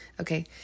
Okay